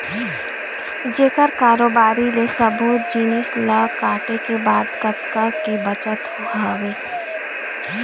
जेखर कारोबारी ले सब्बो जिनिस ल काटे के बाद कतका के बचत हवय